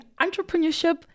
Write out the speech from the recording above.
entrepreneurship